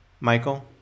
Michael